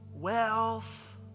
Wealth